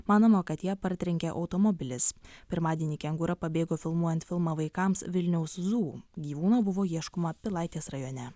manoma kad ją partrenkė automobilis pirmadienį kengūra pabėgo filmuojant filmą vaikams vilniaus zu gyvūno buvo ieškoma pilaitės rajone